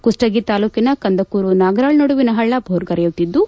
ಕುಷ್ಟಲಿ ತಾಲೂಕಿನ ಕಂದಕೂರು ನಾಗರಾಳ ನಡುವಿನ ಹಳ್ಳ ಭೋರ್ಗರೆಯುತ್ತಿದ್ದು